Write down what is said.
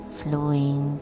flowing